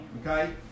okay